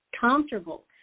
comfortable